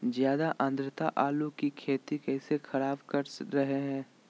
ज्यादा आद्रता आलू की खेती कैसे खराब कर रहे हैं?